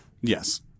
Yes